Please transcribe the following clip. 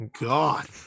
god